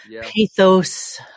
pathos